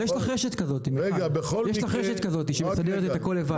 יש לך רשת כזו שמסדרת את הכול לבד.